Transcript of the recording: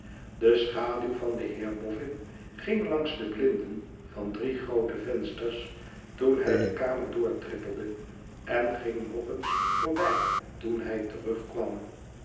de schaduw van den heer boffin ging langs de blinden van drieoote vensters toen hij de kamer doortrippelde en ging nog eens voorbij toen hij terugkwam